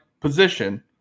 position